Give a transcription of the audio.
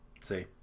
See